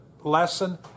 lesson